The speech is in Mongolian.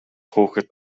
хүүхэд